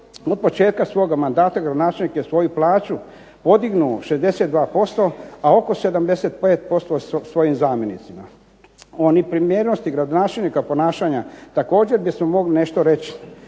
Od početka svoga mandata gradonačelnik je svoju plaću podignuo 62%, a oko 75% svojim zamjenicima. O …/Ne razumije se./… gradonačelnika ponašanja također bismo mogli nešto reći,